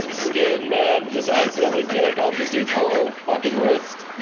and skin, man, just accidentally yank off this dude's whole fuckin' wrist.